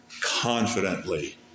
confidently